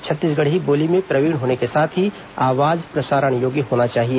छत्तीसगढ़ी बोली में प्रवीण होने के साथ ही आवाज प्रसारण योग्य होना चाहिए